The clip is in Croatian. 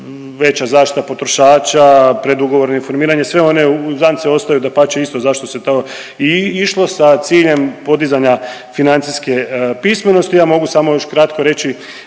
veća zaštita potrošača, predugovorno informiranje, sve one uzance ostaju dapače isto zašto se to i išlo sa ciljem podizanja financijske pismenosti. Ja mogu samo još kratko reći